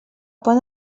pon